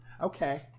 Okay